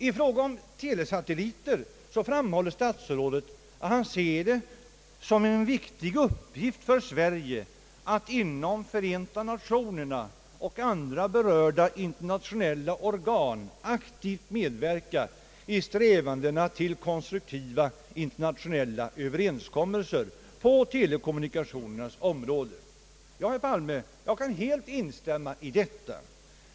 I fråga om telesatelliter framhåller statsrådet, att han ser det som en viktig uppgift för Sverige att inom FN och andra berörda internationella organ aktivt medverka i strävandena till konstruktiva internationella överenskommelser på telekommunikationernas område. Ja, herr Palme, jag kan helt instämma i detta.